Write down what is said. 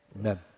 Amen